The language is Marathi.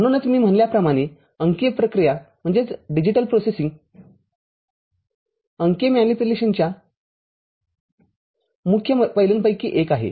म्हणूनचमी म्हणल्याप्रमाणे अंकीय प्रक्रिया अंकीय मॅनिप्युलेशनच्या मुख्य पैलूंपैकी एक आहे